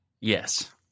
Yes